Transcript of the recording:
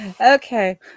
okay